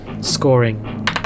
scoring